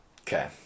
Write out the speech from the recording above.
Okay